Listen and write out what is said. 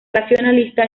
racionalista